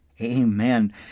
Amen